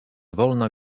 wolna